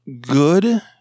good